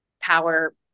power